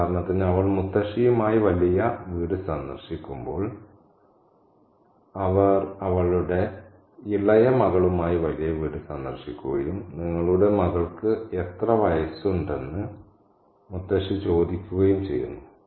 ഉദാഹരണത്തിന് അവൾ മുത്തശ്ശിയുമായി വലിയ വീട് സന്ദർശിക്കുമ്പോൾ അവർ അവളുടെ ഇളയ മകളുമായി വലിയ വീട് സന്ദർശിക്കുകയും നിങ്ങളുടെ മകൾക്ക് എത്ര വയസ്സുണ്ടെന്ന് മുത്തശ്സി ചോദിക്കുകയും ചെയ്യുന്നു